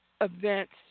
events